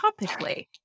topically